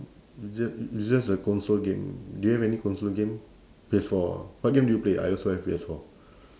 it's just it's just a console game do you have any console game P_S four ah what game do you play I also have P_S four